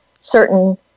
certain